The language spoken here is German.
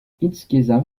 insgesamt